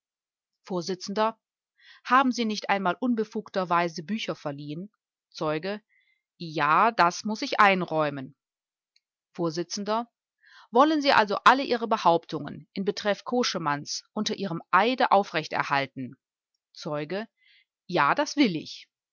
vors haben sie nicht einmal unbefugterweise bücher verliehen zeuge ja das muß ich einräumen vors wollen sie also alle ihre behauptungen in betreff koschemanns unter ihrem eide aufrecht erhalten zeuge ja das will ich